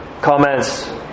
comments